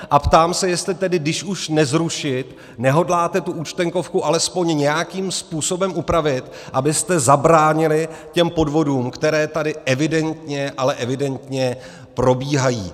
A ptám se, jestli tedy když už nezrušit, nehodláte tu Účtenkovku alespoň nějakým způsobem upravit, abyste zabránili podvodům, které tady evidentně, ale evidentně probíhají.